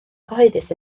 cyhoeddus